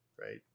right